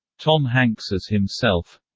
tom hanks as himself